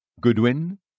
Goodwin